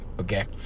Okay